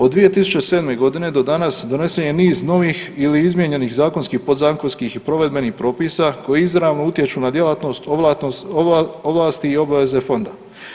Od 2007. godine do danas donesen je niz novih ili izmijenjenih zakonskih ili podzakonskih i provedbenih propisa koji izravno utječu na djelatnost, ovlasti i obaveze Fonda.